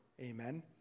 Amen